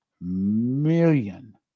million